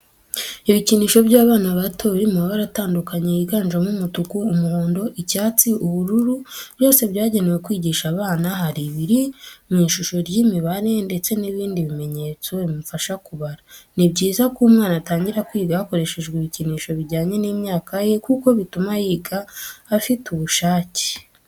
Ibikinisho by'abana bato biri mu mabara atandukanye yiganjemo umutuku, umuhondo, icyatsi, ubururu, byose byagenewe kwigisha abana, hari ibiri mu ishusho y'imibare ndetse n'ibindi bimenyetso bimufasha kubara. Ni byiza ko umwana atangira kwiga hakoreshejwe ibikinisho bijyanye n'imyaka ye kuko bituma yiga afite ubushake